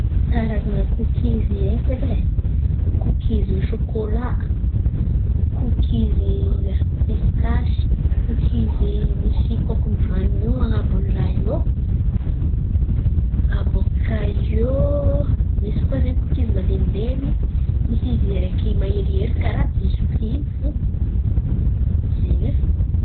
Karazan̈a kokiz haiko edy e: kokiz shôkôlà, kokiz miaro pistasy, kokiz misy kôkon'ny vanio an̈abon'ny rahà io eo. Abôkà eo misy koa zen̈y kokiz malemilemy, misy izy araiky maherihery karà bisky fo, zen̈y e.